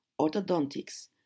Orthodontics